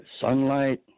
sunlight